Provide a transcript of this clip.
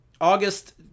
August